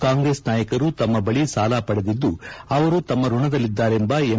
ಕಾಂಗ್ರೆಸ್ ನಾಯಕರು ತಮ್ಮ ಬಳಿ ಸಾಲ ಪಡೆದಿದ್ದು ಅವರು ತಮ್ಮ ಋಣದಲ್ಲಿದ್ದಾರೆಂಬ ಎಂ